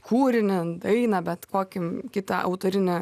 kūrinį dainą bet kokį kitą autorinį